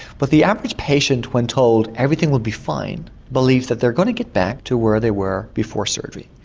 but the average patient when told everything will be fine believes that they are going to get back to where they were before surgery.